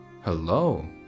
Hello